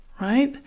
right